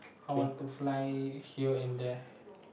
I want to fly here and there